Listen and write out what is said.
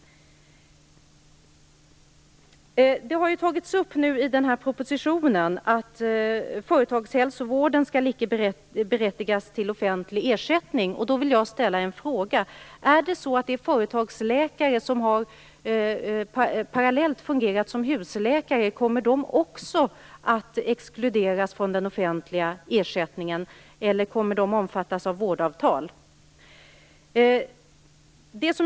Det har tagits upp i propositionen att företagshälsovården inte skall vara berättigad till offentlig ersättning. Då vill jag ställa en fråga. Är det så att också de företagsläkare som parallellt har fungerat som husläkare kommer att exkluderas från den offentliga ersättningen, eller kommer de att omfattas av vårdavtal?